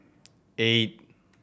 eight